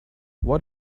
what